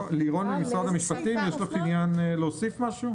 לגבי העניינים הכספיים, הם כבר מוסמכים.